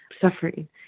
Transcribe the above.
suffering